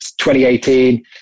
2018